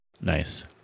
Nice